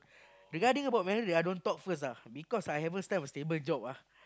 regarding about marriage I don't talk first lah because I haven't found a stable job ah